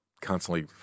constantly